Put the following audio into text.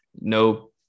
no